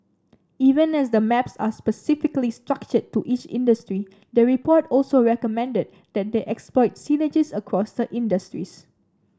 even as the maps are specifically structured to each industry the report also recommended that they exploit synergies across the industries